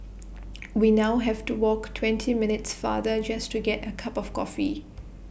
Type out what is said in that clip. we now have to walk twenty minutes farther just to get A cup of coffee